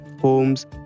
homes